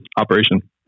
operation